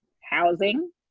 Housing